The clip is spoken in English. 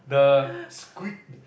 the squid